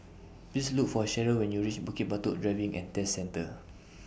Please Look For Sheryl when YOU REACH Bukit Batok Driving and Test Centre